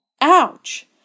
Ouch